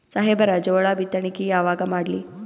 ಸಾಹೇಬರ ಜೋಳ ಬಿತ್ತಣಿಕಿ ಯಾವಾಗ ಮಾಡ್ಲಿ?